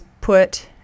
put